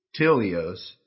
tilios